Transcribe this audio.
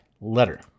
letter